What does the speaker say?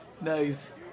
nice